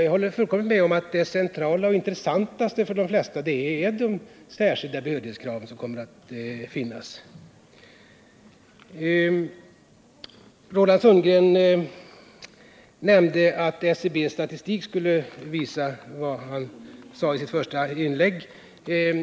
Jag håller fullkomligt med om att det centrala och intressantaste för de flesta är de särskilda behörighetskrav som kommer att finnas. Roland Sundgren nämnde att SCB:s statistik skulle belägga vad han sade i sitt första inlägg.